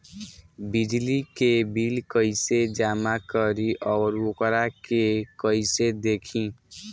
बिजली के बिल कइसे जमा करी और वोकरा के कइसे देखी?